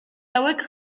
hauek